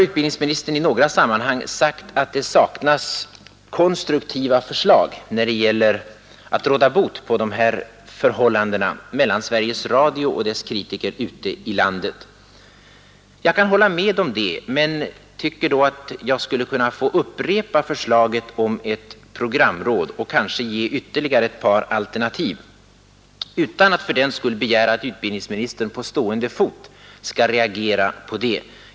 Utbildningsministern har i några sammanhang sagt att det saknas konstruktiva förslag när det gäller att råda bot på dessa förhållanden mellan Sveriges Radio och kritikerna ute i landet. Jag kan hålla med om det men tycker att jag skulle kunna få upprepa förslaget om programrådet och kanske ge ytterligare ett par alternativ utan att fördenskull begära att utbildningsministern på stående fot skall reagera på det.